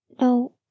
no